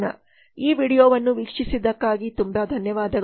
ಈ ವೀಡಿಯೊವನ್ನು ವೀಕ್ಷಿಸಿದ್ದಕ್ಕಾಗಿ ತುಂಬಾ ಧನ್ಯವಾದಗಳು